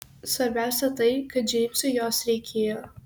svarbiausia tai kad džeimsui jos reikėjo